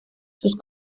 sus